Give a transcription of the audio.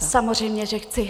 Samozřejmě, že chci.